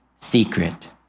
secret